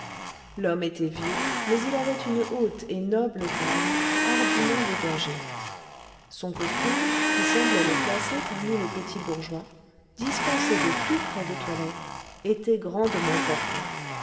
l'homme était vieux mais il avait une haute et noble taille hardiment dégagée son costume qui semblait le classer parmi les petits bourgeois dispensés de tous frais de toilette était